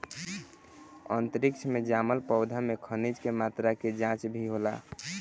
अंतरिक्ष में जामल पौधा में खनिज के मात्रा के जाँच भी होला